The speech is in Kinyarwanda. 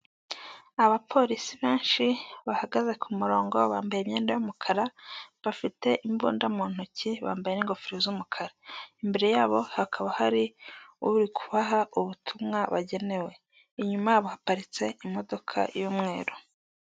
Abapolisi benshi, bahagaze kumurongo bambaye imyenda y'umukara, bafite imbunda mu ntoki, bambaye ingofero z'umukara, imbere yabo hakaba hari uri kubaha ubutumwa bagenewe, inyuma baparitse imodoka y'umweru.